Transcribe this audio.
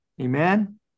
Amen